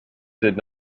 did